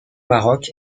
maroc